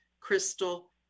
crystal